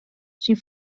syn